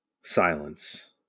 silence